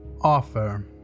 offer